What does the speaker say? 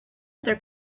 other